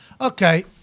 Okay